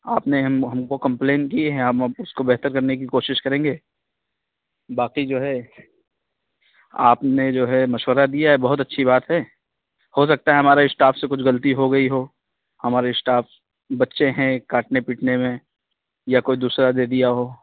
آپ نے ہم کو کمپلینٹ کی ہے ہم اب اس کو بہتر کرنے کی کوشش کریں گے باقی جو ہے آپ نے جو ہے مشورہ دیا ہے بہت اچھی بات ہے ہو سکتا ہے ہمارے اسٹاف سے کچھ غلطی ہو گئی ہو ہمارے اسٹاف بچے ہیں کاٹنے پیٹنے میں یا کوئی دوسرا دے دیا ہو